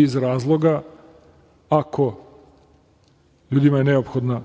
iz razloga, ljudima je neophodna